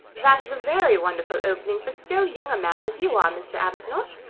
that is a very wonderful opening for so young a man as you are, mr. arbuthnot.